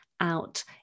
out